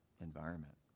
environment